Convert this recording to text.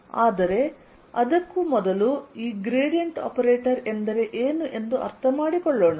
ಆದರೆ ಅದಕ್ಕೂ ಮೊದಲು ಈ ಗ್ರೇಡಿಯಂಟ್ ಆಪರೇಟರ್ ಎಂದರೆ ಏನು ಎಂದು ಅರ್ಥಮಾಡಿಕೊಳ್ಳೋಣ